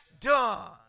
done